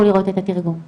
אנחנו נמשיך.